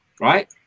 Right